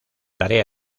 tarea